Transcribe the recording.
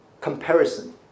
comparison